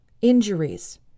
injuries